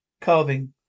Carving